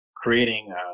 creating